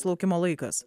laukimo laikas